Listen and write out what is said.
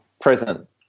present